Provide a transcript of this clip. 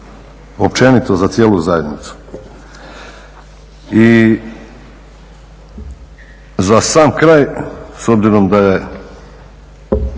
općenito za cijelu zajednicu. I za sam kraj s obzirom da je,